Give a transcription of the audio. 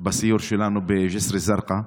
בסיור שלנו בג'יסר א-זרקא,